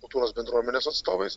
kultūros bendruomenės atstovais